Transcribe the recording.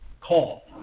call